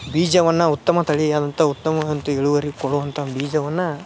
ಬೀಜವನ್ನು ಉತ್ತಮ ತಳಿಯಂಥ ಉತ್ತಮವಾದಂಥ ಇಳುವರಿ ಕೊಡುವಂಥ ಬೀಜವನ್ನು